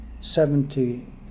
seventy